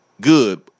good